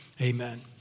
amen